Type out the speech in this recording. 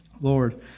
Lord